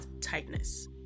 tightness